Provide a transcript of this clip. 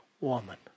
woman